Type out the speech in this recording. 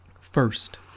First